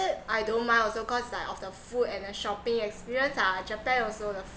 I don't mind also cause like of the food and then shopping experience ah japan also the